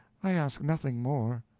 i ask nothing more.